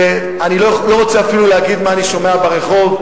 אני לא רוצה אפילו להגיד מה אני שומע ברחוב.